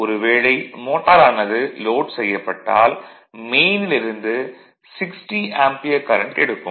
ஒரு வேளை மோட்டாரானது லோட் செய்யப்பட்டால் மெயினில் இருந்து 60 ஆம்பியர் கரண்ட் எடுக்கும்